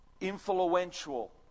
influential